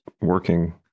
working